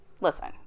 listen